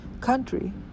country